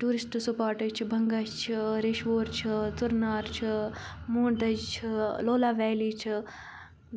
tourist spots چھِ بَنٛگَس چھِ ریشوَر چھِ ژُرنار چھُ مونٛڈج چھِ لولاب ویلی چھِ